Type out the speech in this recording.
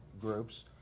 groups